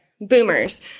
boomers